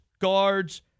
guards